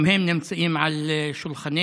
גם הן נמצאות על שולחנך,